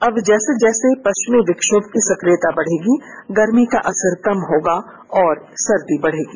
अब जैसे जैर्से पश्चिमी विक्षोभ की सक्रियता बढ़ेगी गर्मी का असर कम होगा और सर्दी बढ़ेगी